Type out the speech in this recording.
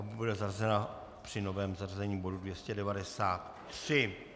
Bude zařazena při novém zařazení bodu 293.